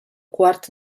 quart